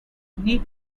neat